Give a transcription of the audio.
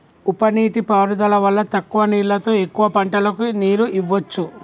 ఉప నీటి పారుదల వల్ల తక్కువ నీళ్లతో ఎక్కువ పంటలకు నీరు ఇవ్వొచ్చు